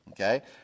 okay